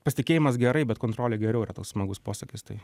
pasitikėjimas gerai bet kontrolė geriau yra tas smagus posakis tai